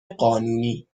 قانونی